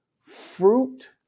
fruit